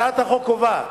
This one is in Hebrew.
הצעת החוק קובעת